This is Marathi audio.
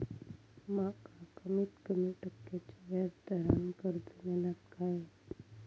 माका कमीत कमी टक्क्याच्या व्याज दरान कर्ज मेलात काय?